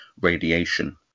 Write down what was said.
radiation